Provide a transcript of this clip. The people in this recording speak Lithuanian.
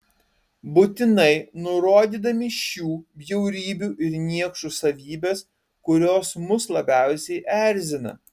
būtinai nurodydami šių bjaurybių ir niekšų savybes kurios mus labiausiai erzina